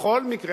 בכל מקרה,